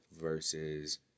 versus